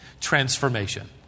transformation